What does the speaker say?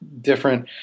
different